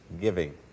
giving